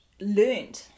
learned